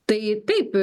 tai taip